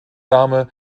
dame